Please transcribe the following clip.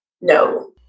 no